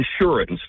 insurance